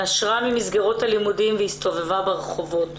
היא נשרה ממסגרות הלימודים והסתובבה ברחובות.